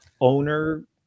owner